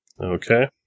Okay